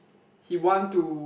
he want to